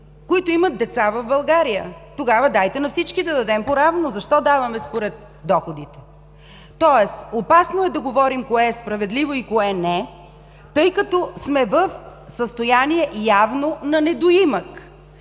които имат деца в България? Тогава дайте на всички да дадем поравно! Защо даваме според доходите? Опасно е да говорим кое е справедливо и кое не, тъй като сме в явно състояние на недоимък.